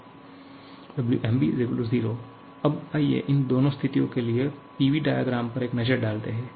Wmb 0 अब आइए इन दोनों स्थितियों के लिए PV डायग्रामों पर एक नजर डालते हैं